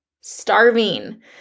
Starving